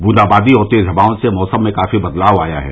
बूंदाबादी और तेज़ हवाओं से मौसम में काफी बदलाव आया है